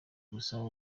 gusa